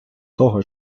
того